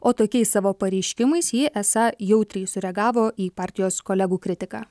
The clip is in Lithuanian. o tokiais savo pareiškimais ji esą jautriai sureagavo į partijos kolegų kritiką